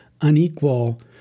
unequal